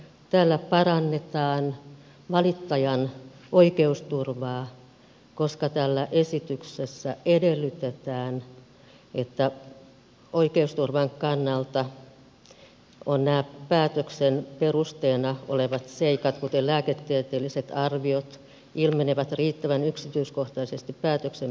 tällä parannetaan valittajan oikeusturvaa koska tässä esityksessä edellytetään että oikeusturvan kannalta nämä päätöksen perusteena olevat seikat kuten lääketieteelliset arviot ilmenevät riittävän yksityiskohtaisesti päätöksen perusteluissa